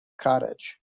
cottage